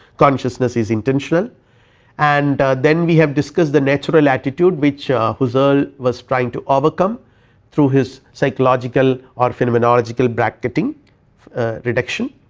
consciousness is intentional and then we have discuss the natural attitude which ah husserl ah was trying to overcome through his psychological or phenomenological bracketing reduction.